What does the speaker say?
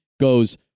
goes